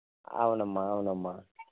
అవునమ్మ అవునమ్మ